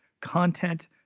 content